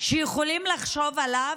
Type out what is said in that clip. שיכולים לחשוב עליו,